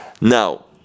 Now